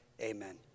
Amen